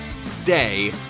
stay